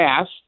asked